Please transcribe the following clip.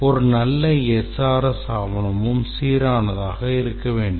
ஒரு நல்ல SRS ஆவணமும் சீரானதாக இருக்க வேண்டும்